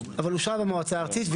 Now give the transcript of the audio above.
אבל אושר במועצה הארצית.